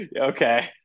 Okay